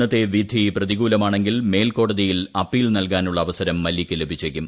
ഇന്നത്തെ വിധി പ്രതികൂലമാണെങ്കിൽ മേല്ക്കോടതിയിൽ അപ്പീൽ നല്കാനുള്ള അവസരം മല്യക്ക് ലഭിച്ചേക്കും